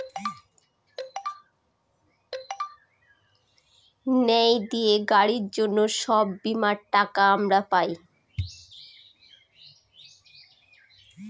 ন্যায় দিয়ে গাড়ির জন্য সব বীমার টাকা আমরা পাই